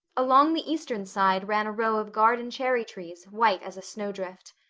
along the eastern side ran a row of garden cherry trees, white as a snowdrift.